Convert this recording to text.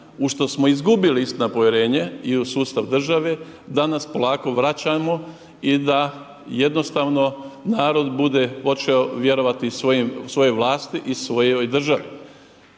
uz što smo izgubili istina povjerenje i u sustav države danas polako vraćamo i da jednostavno narod bude počeo vjerovati svojoj vlasti i svojoj državi.